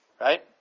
Right